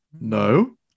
No